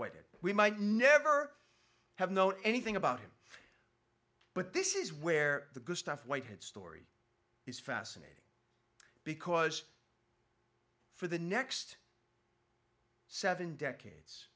waited we might never have known anything about him but this is where the good stuff whitehead story is fascinating because for the next seven decades